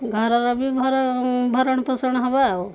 ଘରର ବି ଭର ଭରଣପୋଷଣ ହବ ଆଉ